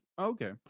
Okay